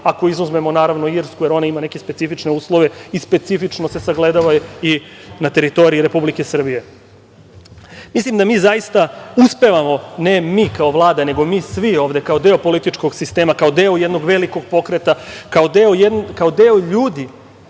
ako izuzmemo naravno Irsku jer ona ima neke specifične uslove i specifično se sagledava i na teritoriji Republike Srbije. Mislim da mi zaista uspevamo, ne mi kao Vlada nego mi svi ovde kao deo političkog sistema, kao deo jednog velikog pokreta, kao deo ljudi